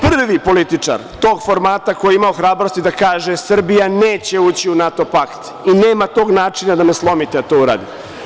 Prvi političar tog formata koji je imao hrabrosti da kaže - Srbija neće ući u NATO pakt i nema tog načina da me slomite da to uradim.